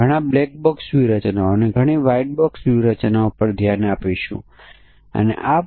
અને અહીં સંભવિત ભૂલ એ છે કે લીપ વર્ષ ધ્યાનમાં લેવામાં આવ્યાં નથી